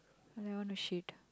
I like want to shit